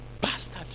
bastard